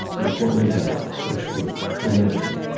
a portmanteau of street and avenue.